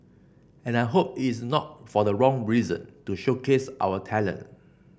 and I hope it is not for the wrong reason to showcase our talent